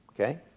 okay